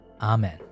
Amen